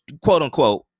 quote-unquote